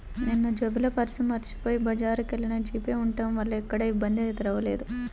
నిన్నజేబులో పర్సు మరచిపొయ్యి బజారుకెల్లినా జీపే ఉంటం వల్ల ఎక్కడా ఇబ్బంది ఎదురవ్వలేదు